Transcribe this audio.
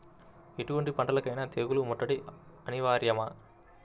ఎటువంటి పంటలకైన తెగులు ముట్టడి అనివార్యమా?